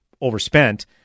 overspent